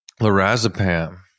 Lorazepam